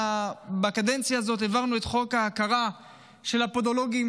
בקדנציה הזאת העברנו את חוק ההכרה של הפודולוגים.